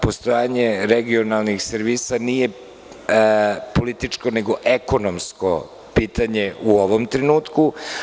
Postojanje regionalnog servisa nije političko već ekonomsko pitanje u ovom trenutku.